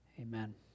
amen